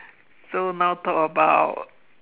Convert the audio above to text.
so now talk about